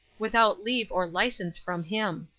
without leave or license from him.